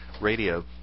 radio